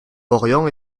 orion